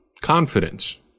confidence